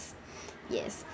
yes